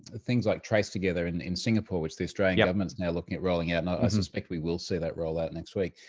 things like tracetogether and in singapore, which the australian government's now looking at rolling out and i suspect we will see that roll out next week.